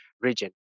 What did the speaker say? region